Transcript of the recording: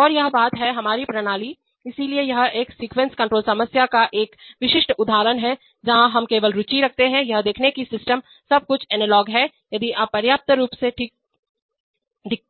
और यह बात है हमारी प्रणाली है इसलिए यह एक सीक्वेंस कंट्रोल समस्या का एक विशिष्ट उदाहरण है जहां हम केवल रुचि रखते हैं यह देखें कि सिस्टम सब कुछ एनालॉग है यदि आप पर्याप्त रूप से ठीक